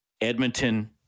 Edmonton